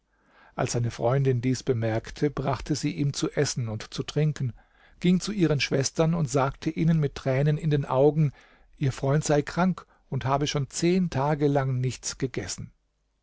als seine freundin dies bemerkte brachte sie ihm zu essen und zu trinken ging zu ihren schwestern und sagte ihnen mit tränen in den augen ihr freund sei krank und habe schon zehn tage lang nichts gegessen